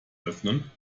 öffnen